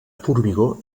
formigó